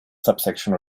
subsections